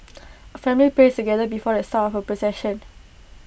A family prays together before the start of procession